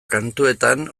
kantuetan